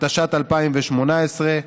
התשע"ט 2018,